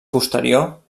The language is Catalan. posterior